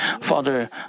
Father